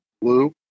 blue